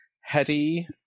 Hetty